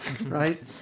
right